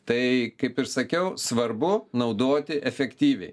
tai kaip ir sakiau svarbu naudoti efektyviai